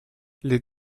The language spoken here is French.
les